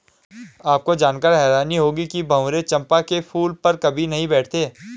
आपको जानकर हैरानी होगी कि भंवरे चंपा के फूल पर कभी नहीं बैठते